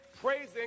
praising